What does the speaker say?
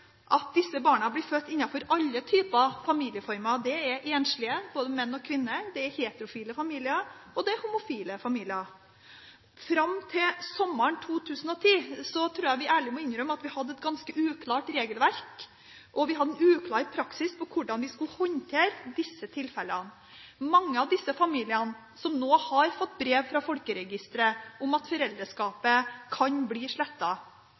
at disse barna blir født innenfor alle typer familieformer. Det er enslige – både menn og kvinner – det er heterofile familier, og det er homofile familier. Fram til sommeren 2010 tror jeg vi ærlig må innrømme at vi hadde et ganske uklart regelverk, og vi hadde en uklar praksis for hvordan vi skulle håndtere disse tilfellene. Mange av disse familiene som nå har fått brev fra Folkeregisteret om at foreldreskapet kan bli